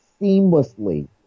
seamlessly